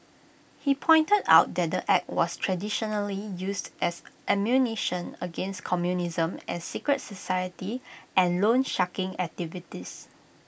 he pointed out that the act was traditionally used as ammunition against communism and secret society and loansharking activities